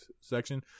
section